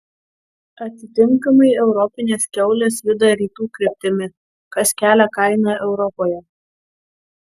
atitinkamai europinės kiaulės juda rytų kryptimi kas kelia kainą europoje